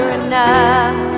enough